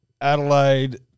Adelaide